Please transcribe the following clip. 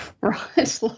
right